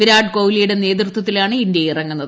വിരാട് കോഹ്ലിയുടെ നേതൃത്വത്തിലാണ് ഇന്തൃ ഇറങ്ങുന്നത്